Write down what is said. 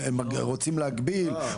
רוצים להגביל,